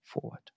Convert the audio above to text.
forward